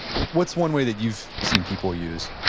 what's one way that you've seen people use?